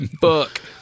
Book